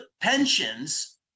pensions